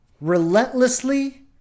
relentlessly